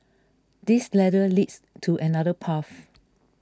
this ladder leads to another path